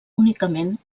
únicament